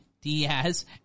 Diaz